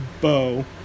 bow